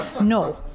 No